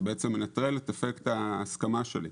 זה בעצם מנטרל את אפקט ההסכמה שלי.